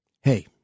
Hey